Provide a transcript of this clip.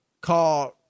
called